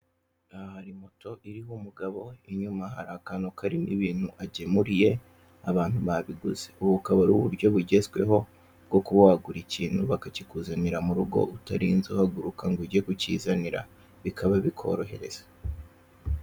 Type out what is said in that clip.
Aha hari moto iriho umugabo. Inyuma hari akantu kariho ibintu agemuriye abantu babiguze. Ubu bukaba ari uburyo bugezweho bwo kuba wagura ikintu bakakikuzanira mu rugo utarinze uhaguruka ngo ujye kukizanira; bikaba bikorohereza.